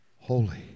Holy